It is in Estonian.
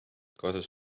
kaasas